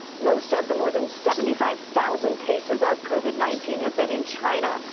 most of the more than seventy five thousand cases of covid nineteen have been in china.